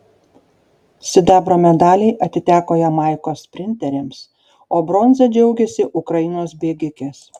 sidabro medaliai atiteko jamaikos sprinterėms o bronza džiaugėsi ukrainos bėgikės